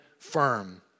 firm